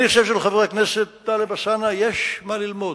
אני חושב שלחבר הכנסת טלב אלסאנע יש מה ללמוד,